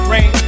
Rain